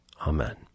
Amen